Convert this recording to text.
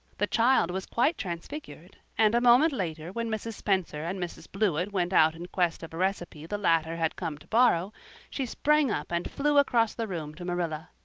the child was quite transfigured and, a moment later, when mrs. spencer and mrs. blewett went out in quest of a recipe the latter had come to borrow she sprang up and flew across the room to marilla.